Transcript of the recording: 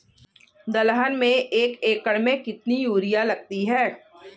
दलहन में एक एकण में कितनी यूरिया लगती है?